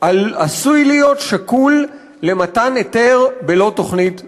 עשוי להיות שקול למתן היתר בלא תוכנית בכלל".